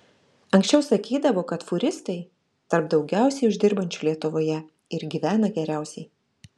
anksčiau sakydavo kad fūristai tarp daugiausiai uždirbančių lietuvoje ir gyvena geriausiai